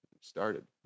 started